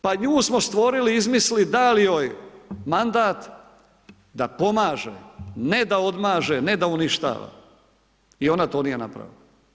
Pa nju smo stvorili, izmislili, dali joj mandat da pomaže, ne da odmaže, ne da uništava i ona to nije napravila.